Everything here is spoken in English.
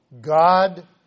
God